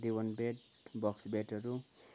दिवान bed box बेडहरू